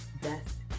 Death